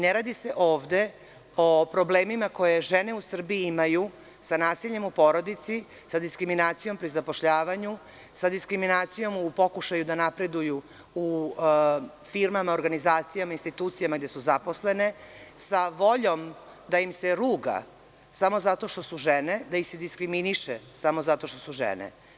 Ne redi se ovde o problemima koje žene u Srbiji imaju sa nasiljem u porodici, sa diskriminacijom pri zapošljavanju, sa diskriminacijom u pokušaju da napreduju u firmama, organizacijama, institucijama gde su zaposlene, sa voljom da im se ruga samo zato što su žene, da se diskriminišu samo zato što su žene.